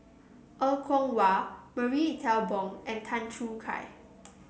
Er Kwong Wah Marie Ethel Bong and Tan Choo Kai